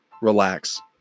relax